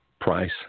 price